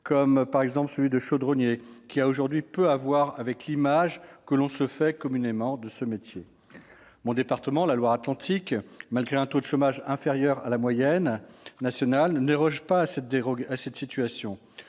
comme celui de chaudronnier qui a aujourd'hui peu à voir avec l'image que l'on s'en fait communément. Mon département, la Loire-Atlantique, malgré un taux de chômage inférieur à la moyenne nationale, ne déroge pas à cette situation.